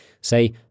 Say